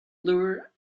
lure